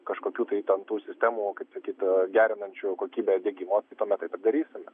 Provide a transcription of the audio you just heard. kažkokių tai ten tų sistemų kaip sakyt gerinančių kokybę diegimo tuomet taip ir darysime